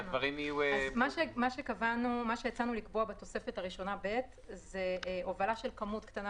מה שהצענו לקבוע בתוספת הראשונה ב' זה הובלה של כמות קטנה